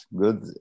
Good